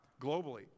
globally